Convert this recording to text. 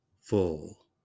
full